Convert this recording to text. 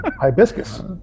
Hibiscus